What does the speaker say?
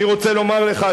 אני רוצה לומר לך,